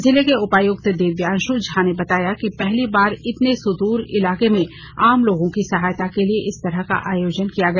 जिले के उपायुक्त दिव्यांशु झा ने बताया कि पहली बार इतने सुदूर इलाके में आम लोगों की सहायता के लिए इस तरह का आयोजन किया गया